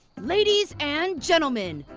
ladies and gentlemen,